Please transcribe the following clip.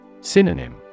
Synonym